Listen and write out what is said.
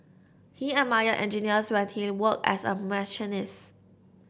he admired engineers when he worked as a machinist